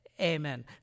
Amen